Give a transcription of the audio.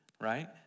right